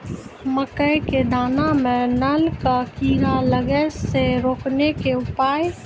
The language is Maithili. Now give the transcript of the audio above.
मकई के दाना मां नल का कीड़ा लागे से रोकने के उपाय?